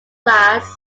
glass